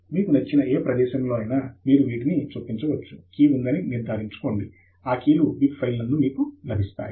మీకు నచ్చిన ఏ ప్రదేశంలోనైనా మీరు వీటిని చొప్పించవచ్చు కీ ఉందని ని నిర్ధారించుకోండి ఆ కీ లు బిబ్ ఫైల్ నందు మీకు లభిస్తాయి